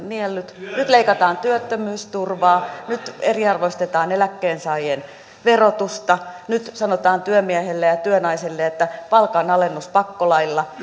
nielleet nyt leikataan työttömyysturvaa nyt eriarvoistetaan eläkkeensaajien verotusta nyt sanotaan työmiehelle ja ja työnaiselle että palkanalennus pakkolailla